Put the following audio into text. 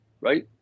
right